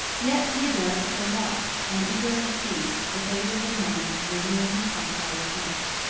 yet theodoric still watched, and eagerly seized, the favorable moment of renewing his hostile attempts.